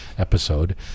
episode